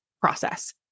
process